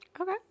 Okay